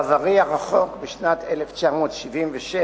בעברי הרחוק, בשנת 1977,